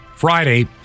Friday